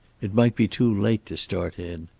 it might be too late to start in.